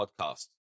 podcast